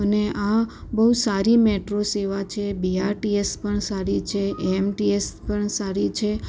અને આ બહુ સારી મેટ્રો સેવા છે બીઆરટીએસ પણ સારી છે એમટીએસ પણ સારી છે